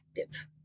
active